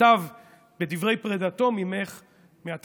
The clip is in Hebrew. כתב יצחק שמיר בדברי פרידתו ממך במעבר